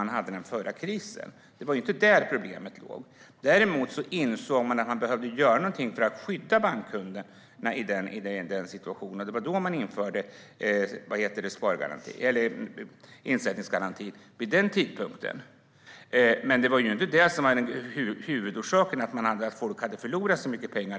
Det var inte där problemet låg. Däremot insåg man att man behövde göra någonting för att skydda bankkunderna i den situationen, och det var vid den tidpunkten man införde insättningsgaranti. Förstärkt insättnings-garanti Huvudorsaken var dock inte att folk hade förlorat så mycket pengar.